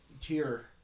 tier